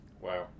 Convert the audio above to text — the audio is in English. Wow